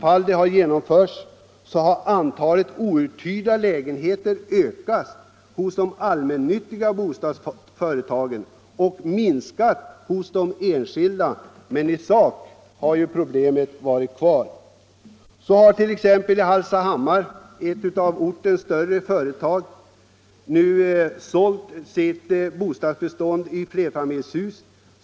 skett har antalet outhyrda lägenheter ökat hos de allmännyttiga bostadsföretagen och minskat hos de enskilda, men i sak har ju problemet kvarstått. Så har t.ex. i Hallstahammar ett av ortens större företag sålt sina bostäder i flerfamiljshus.